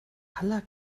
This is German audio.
aller